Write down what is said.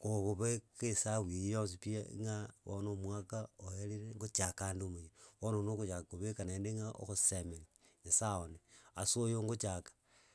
kogobeka esabu eywo yonsi pi ng'a bono omwaka oerire ngochakande omoyia, bono oywo na ogochaka kobeka naende ng'a ogosemeri nyasaye one ase oyo ngochaka.